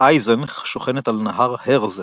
אייזנך שוכנת על הנהר הרזל,